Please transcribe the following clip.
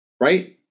right